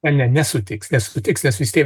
ne nesutiks nesutiks nes vis tiek